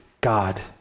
God